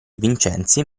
vincenzi